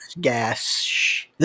gas